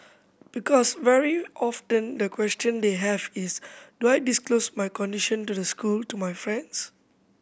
because very often the question they have is do I disclose my condition to the school to my friends